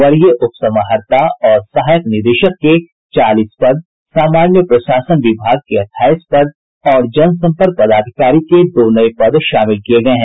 वरीय उपसमाहर्ता और सहायक निदेशक के चालीस पद सामान्य प्रशासन विभाग के अठाईस पद और जनसंपर्क पदाधिकारी के दो नये पद शामिल किये गये हैं